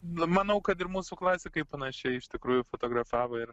manau kad ir mūsų klasikai panašiai iš tikrųjų fotografavo ir